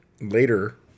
later